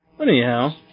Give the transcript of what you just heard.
Anyhow